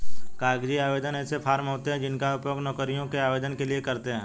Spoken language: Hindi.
कागजी आवेदन ऐसे फॉर्म होते हैं जिनका उपयोग नौकरियों के आवेदन के लिए करते हैं